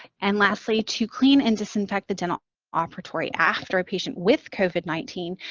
and lastly, to clean and disinfect the dental operatory after a patient with covid nineteen,